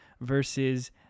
versus